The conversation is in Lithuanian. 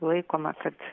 laikoma kad